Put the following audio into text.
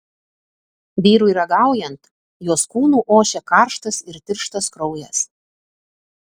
vyrui ragaujant jos kūnu ošė karštas ir tirštas kraujas